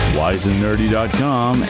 wiseandnerdy.com